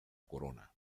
corona